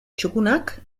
txukunak